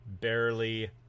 barely